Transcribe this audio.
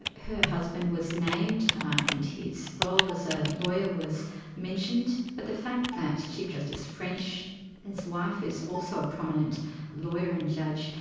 her husband was named and his role as a lawyer was mentioned. but the fact that chief justice french's wife is also a prominent lawyer and judge,